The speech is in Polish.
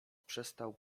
przestał